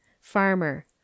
farmer